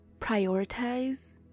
prioritize